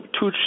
two